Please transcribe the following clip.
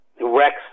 rex